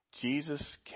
Jesus